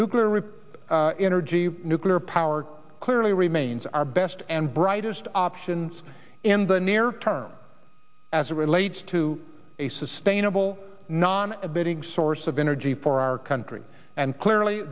nuclear rip energy nuclear power clearly remains our best and brightest options in the near term as it relates to a sustainable non abetting source of energy for our country and clearly